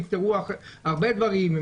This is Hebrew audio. נפתרו הרבה דברים.